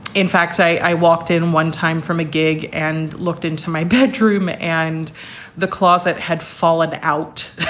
in fact, i walked in one time from a gig and looked into my bedroom and the closet had fallen out.